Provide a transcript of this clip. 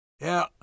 Yeah